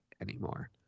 anymore